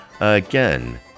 again